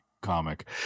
comic